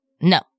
No